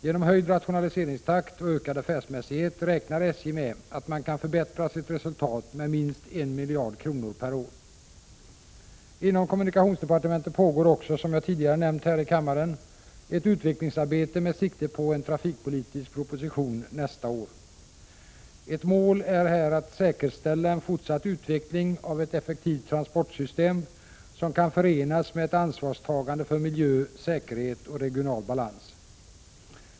Genom höjd rationaliseringstakt och ökad affärsmässighet räknar SJ med att man kan förbättra sitt resultat med minst 1 miljard kronor per år. Inom kommunikationsdepartementet pågår också, som jag tidigare nämnt här i kammaren, ett utvecklingsarbete med sikte på en trafikpolitisk proposition nästa år. Ett mål är här att säkerställa en fortsatt utveckling av ett effektivt transportsystem som kan förenas med ett ansvarstagande för miljö, säkerhet och regional balans.